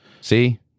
See